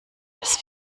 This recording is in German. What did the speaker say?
das